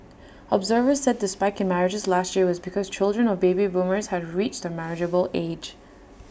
observers said the spike in marriages last year was because children of baby boomers had reached the marriageable age